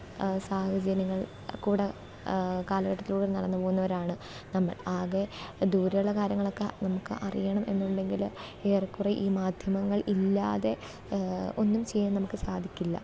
സാഹചര്യങ്ങൾ കൂടി കാലഘട്ടത്തിലൂടെ നടന്നുപോകുന്നവരാണ് നമ്മൾ ആകെ ദൂരെയുള്ള കാര്യങ്ങളൊക്കെ നമുക്കറിയണം എന്നുണ്ടെങ്കിൽ ഏറെക്കുറെ ഈ മാധ്യമങ്ങൾ ഇല്ലാതെ ഒന്നും ചെയ്യാൻ നമുക്ക് സാധിക്കില്ല